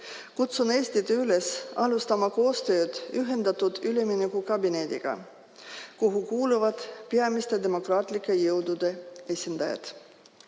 Kutsun Eestit üles alustama koostööd ühendatud üleminekukabinetiga, kuhu kuuluvad peamiste demokraatlike jõudude esindajad.